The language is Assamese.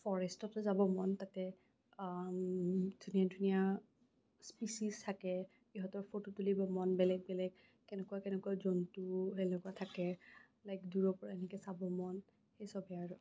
ফৰেষ্টটো যাব মন তাতে ধুনীয়া ধুনীয়া স্পিছিচ থাকে সিহঁতৰ ফটো তুলিবৰ মন বেলেগ বেলেগ কেনেকুৱা কেনেকুৱা জন্তু কেনেকুৱা থাকে লাইক দূৰৰ পৰা চাব মন সেইচবে আৰু